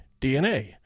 DNA